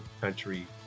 country